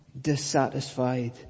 dissatisfied